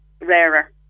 rarer